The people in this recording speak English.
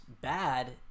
bad